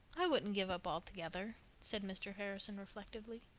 i wouldn't give up altogether, said mr. harrison reflectively.